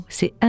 C'est